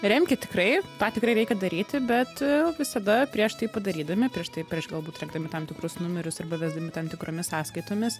remkit tikrai tą tikrai reikia daryti bet visada prieš tai padarydami prieš tai prieš galbūt rinkdami tam tikrus numerius arba vesdami tam tikromis sąskaitomis